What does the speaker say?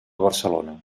barcelona